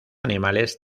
animales